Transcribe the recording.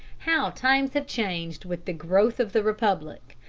how times have changed with the growth of the republic!